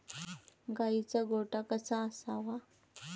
गाईचा गोठा कसा असावा?